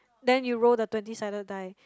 then you roll the twenty sided die